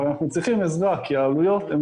אבל אנחנו צריכים עזרה כי העלויות הן